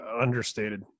understated